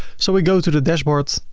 so we go to the dashboard.